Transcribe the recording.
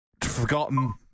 Forgotten